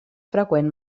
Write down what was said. freqüent